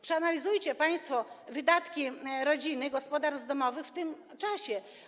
Przeanalizujcie państwo wydatki rodziny, gospodarstw domowych w tym czasie.